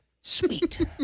Sweet